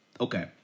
Okay